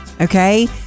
okay